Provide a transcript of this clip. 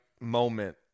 moment